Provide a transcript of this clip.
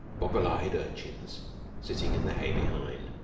boggle-eyed urchins sitting in the hay behind.